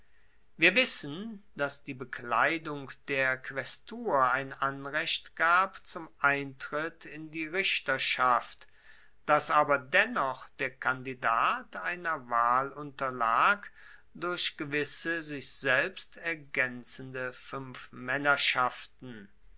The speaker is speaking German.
wir wissen dass die bekleidung der quaestur ein anrecht gab zum eintritt in die richterschaft dass aber dennoch der kandidat einer wahl unterlag durch gewisse sich selbst ergaenzende fuenfmaennerschaften